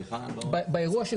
באירוע של